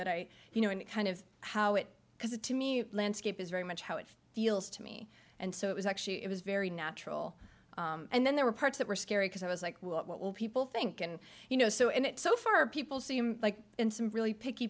that i you know and it kind of how it was a to me landscape is very much how it feels to me and so it was actually it was very natural and then there were parts that were scary because i was like what will people think and you know so and it so far people seem like in some really picky